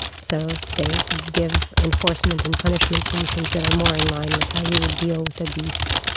so they give enforcement and punishment solutions that are more in line with how you would deal with a beast.